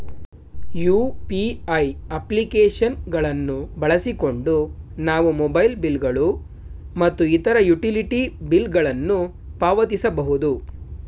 UPI application ಗಳನ್ನು ಬಳಸಿಕೊಂಡು ನಾವು ಮೊಬೈಲ್ ಬಿಲ್ ಗಳು ಮತ್ತು ಇತರ ಯುಟಿಲಿಟಿ ಬಿಲ್ ಗಳನ್ನು ಪಾವತಿಸಬಹುದು